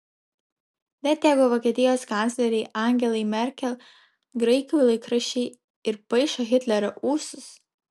net jeigu vokietijos kanclerei angelai merkel graikų laikraščiai ir paišo hitlerio ūsus